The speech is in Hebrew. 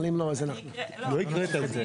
אבל אם לא, אז אנחנו נוסיף את זה.